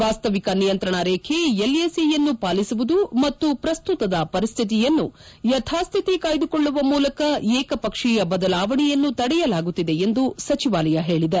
ವಾಸ್ತವಿಕ ನಿಯಂತ್ರಣ ರೇಬೆ ಎಲ್ಎಸಿ ಯನ್ನು ಪಾಲಿಸುವುದು ಮತ್ತು ಪ್ರಸ್ತುತದ ಪರಿಸ್ಥಿತಿಯನ್ನು ಯಥಾಸ್ಥಿತಿ ಕಾಯ್ದುಕೊಳ್ಳುವ ಮೂಲಕ ಏಕಪಕ್ಷೀಯ ಬದಲಾವಣೆಯನ್ನು ತಡೆಯಲಾಗುತ್ತಿದೆ ಎಂದು ಸಚಿವಾಲಯ ಹೇಳಿದೆ